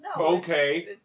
okay